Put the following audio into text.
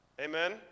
Amen